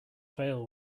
fail